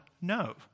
no